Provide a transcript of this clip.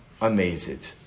amazed